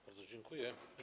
Bardzo dziękuję.